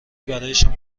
برایشان